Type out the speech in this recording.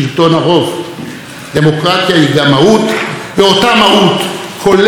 ואותה מהות כוללת את חופש ההצבעה והחופש להביע דעה,